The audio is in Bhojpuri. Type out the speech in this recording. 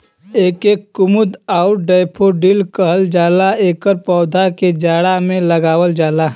एके कुमुद आउर डैफोडिल कहल जाला एकर पौधा के जाड़ा में लगावल जाला